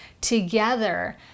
together